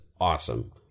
awesome